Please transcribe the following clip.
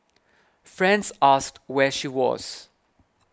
friends asked where she was